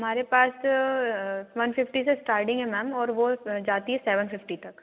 हमारे पास one fifty से इस्टार्टिंग है मैम और वो जाती है सेवेन फ़िफ्टी तक